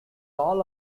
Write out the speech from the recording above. all